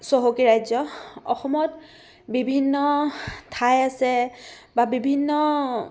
চহকী ৰাজ্য অসমত বিভিন্ন ঠাই আছে বা বিভিন্ন